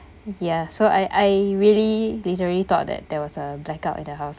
ya so I I really literally thought that there was a blackout in the house